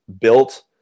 built